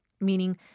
meaning